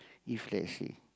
if let's say